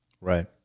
Right